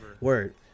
Word